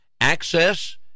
access